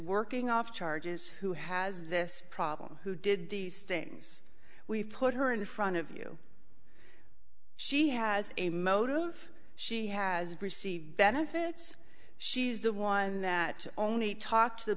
working off charges who has this problem who did these things we've put her in front of you she has a motive she has received benefits she's the one that only talked to the